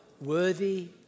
worthy